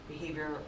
behavior